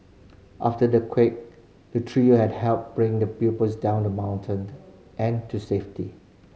after the quake the trio had helped bring the pupils down the mountain and to safety